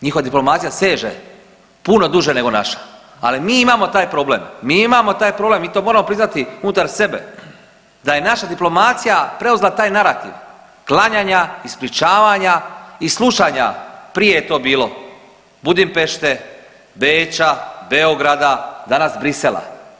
Njihova diplomacija seže puno duže nego naša, ali mi imamo taj problem, mi imamo taj problem mi to moramo priznati unutar sebe da je naša diplomacija preuzela taj narativ klanjanja, isključavanja i slušanja, prije je to bilo Budimpešte, Beča, Beograda danas Bruxellesa.